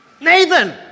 Nathan